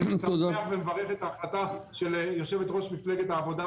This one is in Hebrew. אני שמח ומברך על ההחלטה של יושבת-ראש מפלגת העבודה,